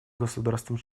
государствам